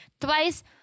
Twice